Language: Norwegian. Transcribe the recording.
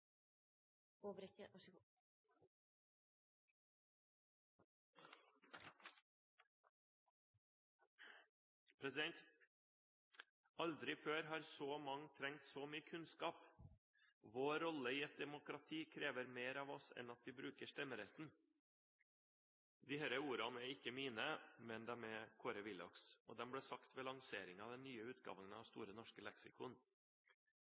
før har så mange trengt så mye kunnskap. Vår rolle i et demokrati krever mer av oss enn at vi skal bruke stemmeretten.» Disse ordene er ikke mine, men Kåre Willochs. Og de ble sagt ved lanseringen av den nye utgaven av Store norske leksikon.